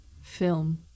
film